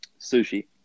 Sushi